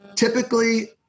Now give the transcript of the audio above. Typically